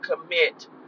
commit